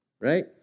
Right